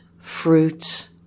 fruits